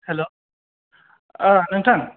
हेल' नोंथां